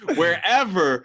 wherever